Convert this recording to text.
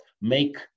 make